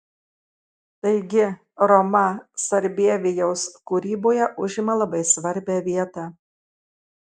taigi roma sarbievijaus kūryboje užima labai svarbią vietą